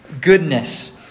goodness